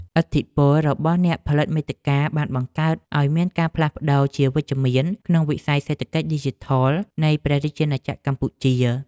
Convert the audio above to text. ឥទ្ធិពលរបស់អ្នកផលិតមាតិកាបានបង្កើតឱ្យមានការផ្លាស់ប្តូរជាវិជ្ជមានក្នុងវិស័យសេដ្ឋកិច្ចឌីជីថលនៃព្រះរាជាណាចក្រកម្ពុជា។